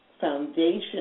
foundation